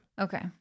Okay